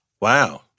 Wow